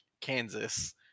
Kansas